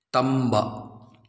ꯇꯝꯕ